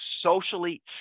socially